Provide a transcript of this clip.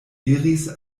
iris